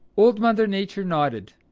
old mother nature nodded.